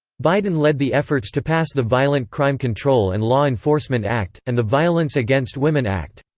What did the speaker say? biden led the efforts to pass the violent crime control and law enforcement act, and the violence against women act.